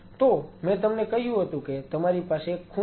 તો મેં તમને કહ્યું હતું કે તમારી પાસે એક ખૂણો છે